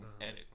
edit